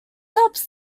helps